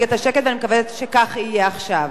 את השקט ואני מקווה שכך יהיה עכשיו.